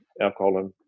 alcohol